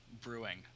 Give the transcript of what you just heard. Brewing